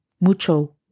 mucho